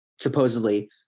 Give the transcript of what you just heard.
supposedly